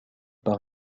par